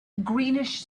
greenish